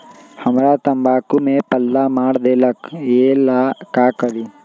हमरा तंबाकू में पल्ला मार देलक ये ला का करी?